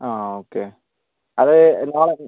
ആ ആ ഓക്കെ അത് നാളെ